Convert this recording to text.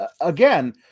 again